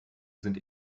sind